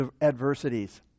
adversities